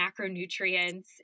macronutrients